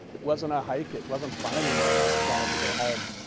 it wasn't a hike, it wasn't fun anymore and i just wanted to go home.